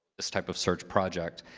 this type of search project.